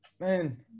Man